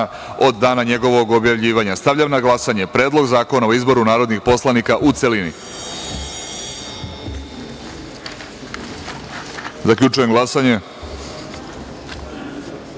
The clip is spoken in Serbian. od dana njegovog objavljivanja. Stavljam na glasanje Predlog zakona o izboru narodnih poslanika, u celini. Zaključujem glasanje: